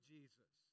Jesus